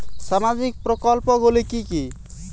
সামাজিক প্রকল্পগুলি কি কি?